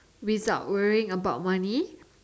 without worrying about money